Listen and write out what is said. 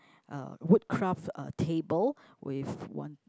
uh wood craft uh table with one